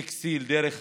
טקסטיל, דרך